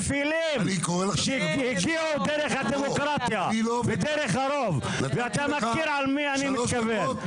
דרך אגב, ברשותך אדוני היושב-ראש, ברשותך.